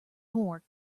more